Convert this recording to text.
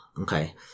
Okay